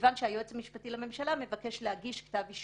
מכיוון שהיועץ המשפטי לממשלה מבקש להגיש כתב אישום.